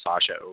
Sasha